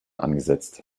angesetzt